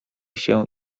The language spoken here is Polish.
się